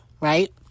right